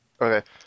Okay